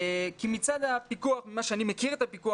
כי מצד הפיקוח ממה שאני מכיר את הפיקוח